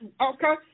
Okay